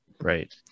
Right